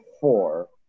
four